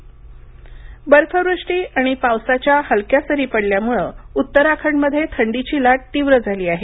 उत्तराखंड थंडी बर्फवृष्टी आणि पावसाच्या हलक्या सरी पडल्यामुळ उत्तराखंडमध्ये थंडीची लाट तीव्र झाली आहे